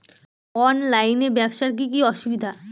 অনলাইনে ব্যবসার কি কি অসুবিধা?